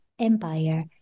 empire